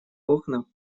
окна